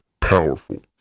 powerful